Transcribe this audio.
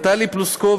טלי פלוסקוב,